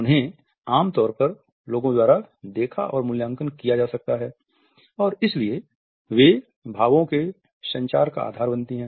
उन्हें आम तौर पर लोगों द्वारा देखा और मूल्यांकन किया जा सकता है और इसलिए वे भावो के संचार का आधार बनाती हैं